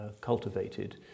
cultivated